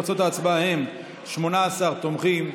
תוצאות ההצבעה הן 18 תומכים,